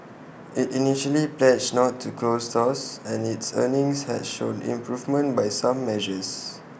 IT initially pledged not to close stores and its earnings had shown improvement by some measures